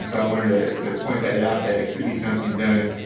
so wanted ah to point that out that it could be something done.